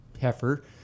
heifer